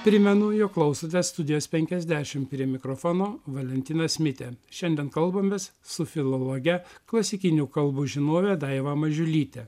primenu jog klausote studijos penkiasdešimt prie mikrofono valentinas mitė šiandien kalbamės su filologe klasikinių kalbų žinove daiva mažiulyte